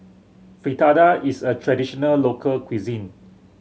fritada is a traditional local cuisine